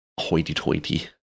hoity-toity